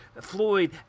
Floyd